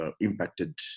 impacted